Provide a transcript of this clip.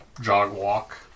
jog-walk